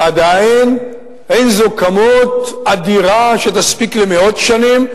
עדיין אין זו כמות אדירה שתספיק למאות שנים,